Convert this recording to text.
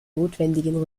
notwendigen